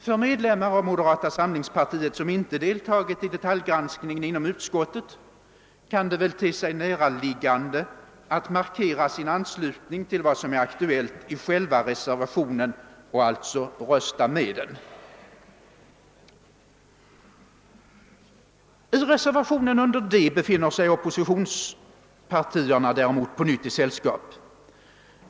För medlemmar av moderata samlingspartiet, som inte deltagit i detaljgranskningen inom utskottet, kan det väl te sig näraliggande att markera sin anslutning till vad som är aktuellt i själva reservationen och alltså rösta med den. I reservationen under D befinner sig oppositionspartierna däremot på nytt i sällskap.